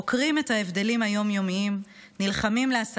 עוקרים את ההבדלים היום-יומיים,